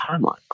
timeline